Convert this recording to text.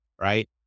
Right